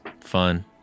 Fun